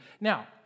Now